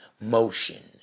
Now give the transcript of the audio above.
motion